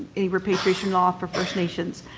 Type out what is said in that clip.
any repatriation law for first nations.